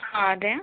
ആ അതെ